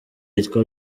yitwa